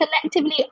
collectively